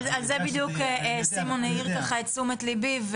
על זה בדיוק סימון העיר את תשומת ליבי.